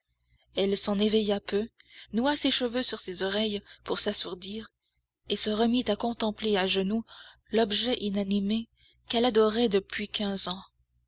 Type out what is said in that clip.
elle s'en éveilla peu noua ses cheveux sur ses oreilles pour s'assourdir et se remit à contempler à genoux l'objet inanimé qu'elle adorait ainsi depuis quinze ans